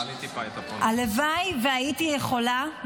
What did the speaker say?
הלוואי שהייתי יכולה,